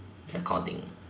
recording